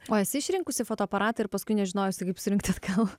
o esi išrinkusi fotoaparatą ir paskui nežinojusi kaip surinkti atgal